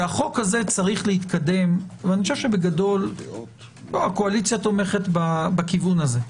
שהחוק הזה צריך להתקדם אני חושב שבגדול הקואליציה תומכת בכיוון הזה,